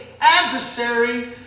adversary